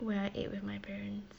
where I ate with my parents